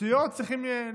תשתיות צריכים לסדר.